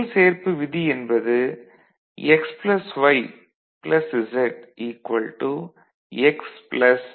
செயல் சேர்ப்பு விதி என்பது x plus y plus z x plus y plus z ஆகும்